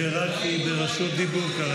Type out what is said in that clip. כי היינו לבד, כי